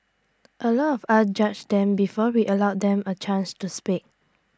A lot of us judge them before we allow them A chance to speak